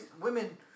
women